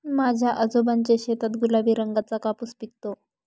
माझ्या आजोबांच्या शेतात गुलाबी रंगाचा कापूस पिकतो